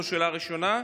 זאת שאלה ראשונה.